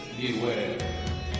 Beware